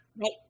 Right